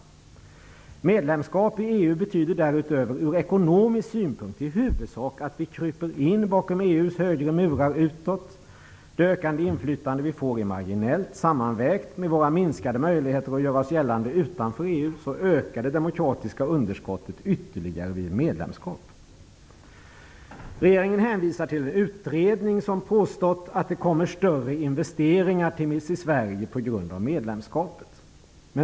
Ur ekonomisk synpunkt betyder medlemskap i EU därutöver i huvudsak att vi utåt sett kryper in bakom EU:s högre murar. Det ökande inflytande som vi får är marginellt. Sammanvägt med våra minskade möjligheter att göra oss gällande utanför EU ökar det demokratiska underskottet ytterligare vid medlemskap. Regeringen hänvisar till en utredning i vilken det påståtts att det på grund av medlemskapet kommer större investeringar till Sverige.